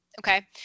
Okay